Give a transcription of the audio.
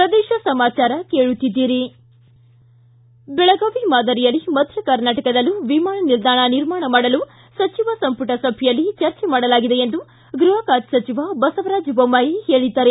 ಪ್ರದೇಶ ಸಮಾಚಾರ ಕೇಳುತ್ತಿದ್ದೀರಿ ಬೆಳಗಾವಿ ಮಾದರಿಯಲ್ಲಿ ಮಧ್ಯ ಕರ್ನಾಟಕದಲ್ಲೂ ವಿಮಾನ ನಿಲ್ದಾಣ ನಿರ್ಮಾಣ ಮಾಡಲು ಸಚಿವ ಸಂಪುಟ ಸಭೆಯಲ್ಲಿ ಚರ್ಚೆ ಮಾಡಲಾಗಿದೆ ಎಂದು ಗೃಹ ಹಾಗೂ ಹಾವೇರಿ ಜಿಲ್ಲಾ ಉಸ್ತುವಾರಿ ಸಚಿವ ಬಸವರಾಜ ದೊಮ್ಮಾಯಿ ಹೇಳಿದ್ದಾರೆ